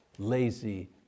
lazy